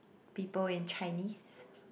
people in Chinese